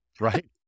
right